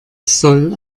soll